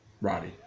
Roddy